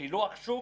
פילוח שוק.